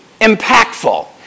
impactful